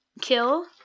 kill